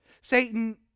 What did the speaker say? Satan